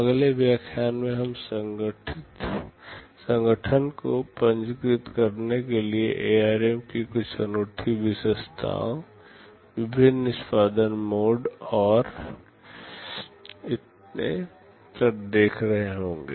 अगले व्याख्यान में हम संगठन को पंजीकृत करने के लिए ARM की कुछ अनूठी विशेषताओं विभिन्न निष्पादन मोड और इतने पर देख रहे होंगे